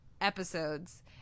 episodes